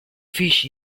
fish